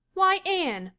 why, anne,